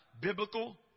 biblical